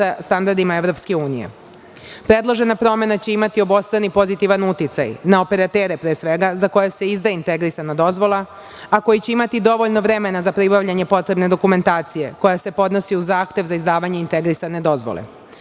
standardima EU.Predložena promena će imati obostrani pozitivan uticaj na operatere pre svega za koje se izdaje integrisana dozvola, a koji će imati dovoljno vremena za pribavljanje potrebne dokumentacije koja se podnosi uz zahtev za izdavanje integrisane dozvole,